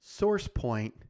SourcePoint